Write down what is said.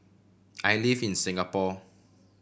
I live in Singapore